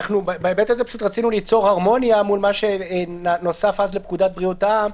בהיבט הזה רצינו ליצור הרמוניה מול מה שנוסף אז לפקודת בריאות העם,